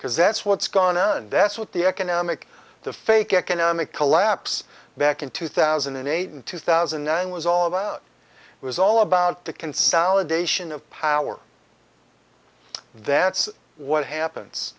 because that's what's gone and that's what the economic the fake economic collapse back in two thousand and eight and two thousand and nine was all about was all about the consolidation of power that's what happens